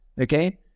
Okay